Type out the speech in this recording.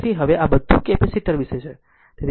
તેથી હવે આ બધું કેપેસિટર વિશે છે